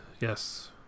Yes